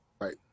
Right